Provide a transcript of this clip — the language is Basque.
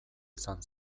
izan